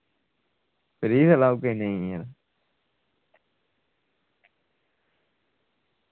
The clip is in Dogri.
फ्री गै लाई ओड़गे नेईं हैन